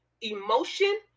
Emotion